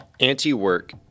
Anti-Work